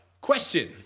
Question